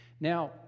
Now